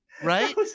right